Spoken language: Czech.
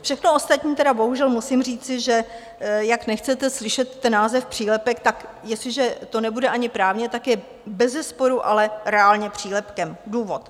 Všechno ostatní, tedy bohužel musím říci, že jak nechcete slyšet ten název přílepek, tak jestliže to nebude ani právně, tak je bezesporu ale reálně přílepkem důvod.